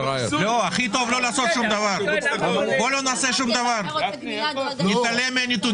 הכי טוב לא לעשות שום דבר, בואו נתעלם מן הנתונים.